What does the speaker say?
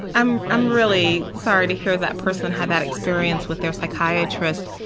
i'm i'm really sorry to hear that person had that experience with their psychiatrist.